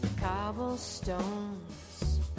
cobblestones